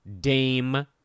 Dame